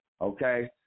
Okay